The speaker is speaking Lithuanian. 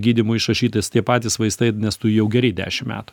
gydymui išrašytas tie patys vaistai nes tu jau geri dešim metų